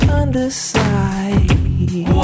underside